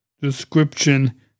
description